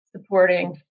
supporting